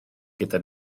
gyda